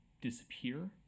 disappear